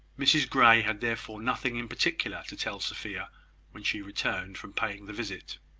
mrs grey had therefore nothing in particular to tell sophia when she returned from paying the visit.